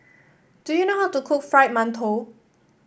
do you know how to cook Fried Mantou